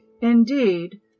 Indeed